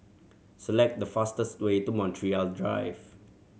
select the fastest way to Montreal Drive